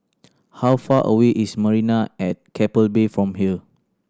how far away is Marina at Keppel Bay from here